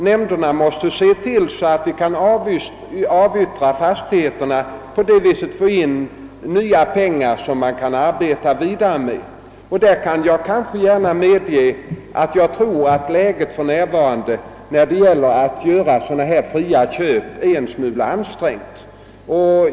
Nämnderna måste se till att de kan avyttra fastigheterna för att på det sättet få in nya pengar som de kan arbeta vidare med. Jag skall gärna medge att jag tror att läget för närvarande när det gäller att göra fria inköp är en smula ansträngt.